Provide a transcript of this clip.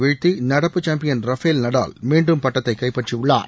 வீழ்த்தி நடப்பு champion Rafael Nadal மீண்டும் பட்டத்தை கைப்பற்றியுள்ளார்